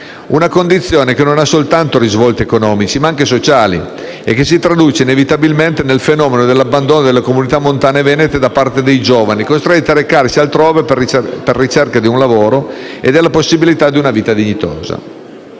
Una condizione che non ha soltanto risvolti economici ma anche sociali e che si traduce inevitabilmente nel fenomeno dell'abbandono delle comunità montane venete da parte dei giovani costretti a recarsi altrove alla ricerca di un lavoro e della possibilità di condurre una vita dignitosa.